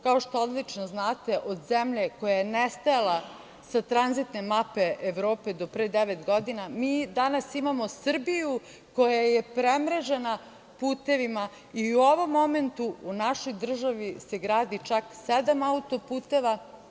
Kao što odlično znate, od zemlje koja je nestajala sa tranzitne mape Evrope, do pre devet godina, mi danas imamo Srbiju koja je premrežena putevima i u ovom momentu u našoj državi se gradi čak sedam autoputeva.